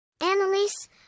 Annalise